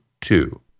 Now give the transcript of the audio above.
two